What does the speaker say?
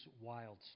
wild